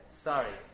Sorry